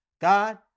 God